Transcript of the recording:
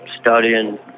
studying